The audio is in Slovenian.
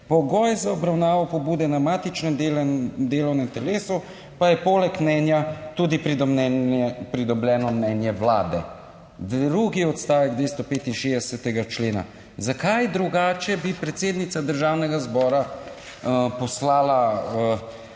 Pogoj za obravnavo pobude na matičnem delovnem telesu pa je poleg mnenja tudi mnenje, pridobljeno mnenje Vlade, drugi odstavek 265. člena. Zakaj drugače bi predsednica Državnega zbora poslala na